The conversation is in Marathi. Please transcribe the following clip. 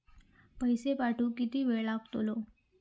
पैशे पाठवुक किती वेळ लागतलो?